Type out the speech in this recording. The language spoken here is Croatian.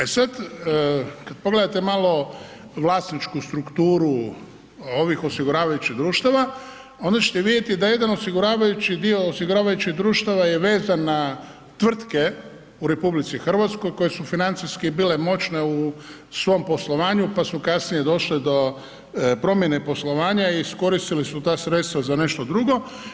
E sad, kad pogledate malo vlasničku strukturu ovih osiguravajućih društava onda ćete vidjeti da jedan osiguravajući dio osiguravajućih društava je vezan na tvrtke u RH koje su financijski bile moćne u svom poslovanju pa su kasnije došle do promjene poslovanja i iskoristili su ta sredstva za nešto drugo.